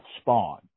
spawn